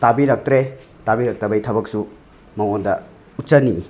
ꯇꯥꯕꯤꯔꯛꯇ꯭ꯔꯦ ꯇꯥꯕꯤꯔꯛꯇꯕꯩ ꯊꯕꯛꯁꯨ ꯃꯉꯣꯟꯗ ꯎꯠꯆꯅꯤꯡꯉꯤ